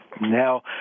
Now